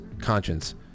conscience